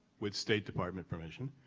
with state department permission,